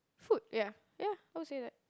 food ya ya I would say that